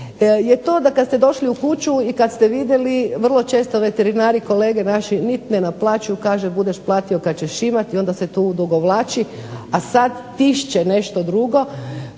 je to da kad ste došli u kuću i kad ste vidjeli vrlo često veterinari, kolege naši niti ne naplaćuju. Kaže budeš platio kad ćeš imati i onda se to odugovlači, a sad tišće nešto drugo.